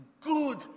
good